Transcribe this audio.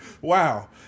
Wow